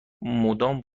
مدام